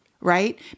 Right